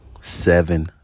seven